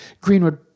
Greenwood